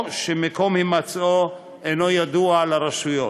או שמקום הימצאו אינו ידוע לרשויות.